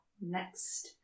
Next